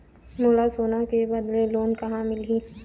मोला सोना के बदले लोन कहां मिलही?